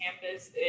campus